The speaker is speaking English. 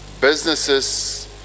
Businesses